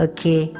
Okay